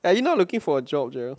are you not looking for a job jarrell